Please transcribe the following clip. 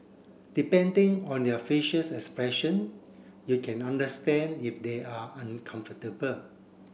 depending on their facials expression you can understand if they are uncomfortable